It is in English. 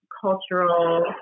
cultural